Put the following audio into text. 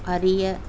அறிய